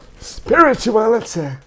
Spirituality